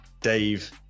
Dave